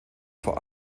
vor